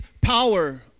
power